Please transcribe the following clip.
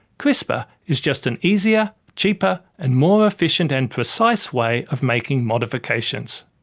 crispr is just an easier, cheaper, and more efficient and precise way of making modifications.